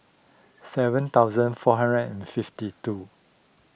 seven thousand four hundred and fifty two